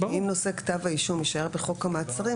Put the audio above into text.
אם נושא כתב האישום יישאר בחוק המעצרים,